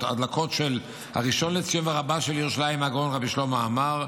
הדלקות של הראשון לציון ורבה של ירושלים הגאון רבי שלמה משה